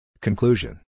Conclusion